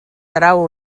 trau